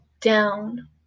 down